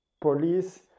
police